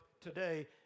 today